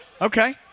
Okay